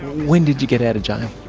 when did you get out of jail?